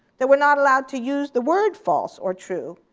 that we're not allowed to use the word false or true,